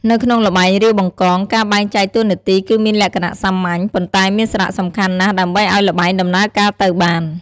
នៅក្នុងល្បែង រាវបង្កង ការបែងចែកតួនាទីគឺមានលក្ខណៈសាមញ្ញ ប៉ុន្តែមានសារៈសំខាន់ណាស់ដើម្បីឱ្យល្បែងដំណើរការទៅបាន។